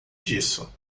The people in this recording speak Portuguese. disso